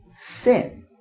sin